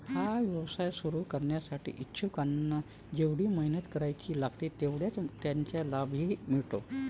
हा व्यवसाय सुरू करण्यासाठी इच्छुकांना जेवढी मेहनत करावी लागते तेवढाच त्यांना लाभही मिळतो